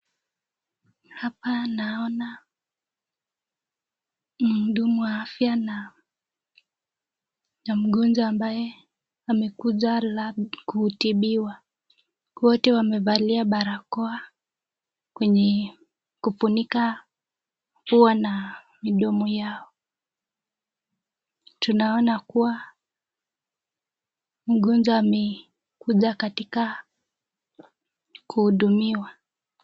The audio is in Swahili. Hapa naona mhudumu wa afya na mgonjwa ambaye amekuja labda kutibiwa. Wote wamevalia barakoa kwenye kufunika pua na midomo yao. Tunaona kuwa mgonjwa amekuja katika kuhudumiwa.